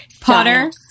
Potter